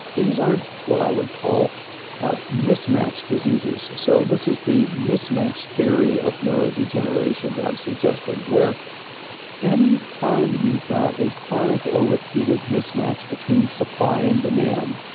these are what i would call mismatched diseases, so this is the mismatched theory of neurodegeneration that i'm suggesting, where any time you've got a chronic or repeated mismatch between supply and demand,